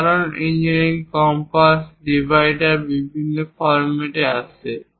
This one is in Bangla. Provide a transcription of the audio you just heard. সাধারণ ইঞ্জিনিয়ারিং কম্পাস ডিভাইডার বিভিন্ন ফরম্যাটে আসে